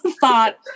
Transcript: thought